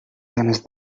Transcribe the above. ganes